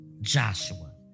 Joshua